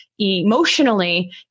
emotionally